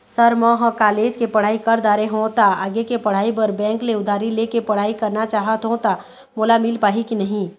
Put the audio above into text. Sir म ह college के पढ़ाई कर दारें हों ता आगे के पढ़ाई बर बैंक ले उधारी ले के पढ़ाई करना चाहत हों ता मोला मील पाही की नहीं?